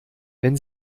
wenn